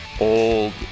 old